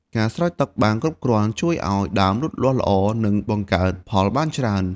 ការស្រោចទឹកបានគ្រប់គ្រាន់ជួយឲ្យដើមលូតលាស់ល្អ និងបង្កើតផលបានច្រើន។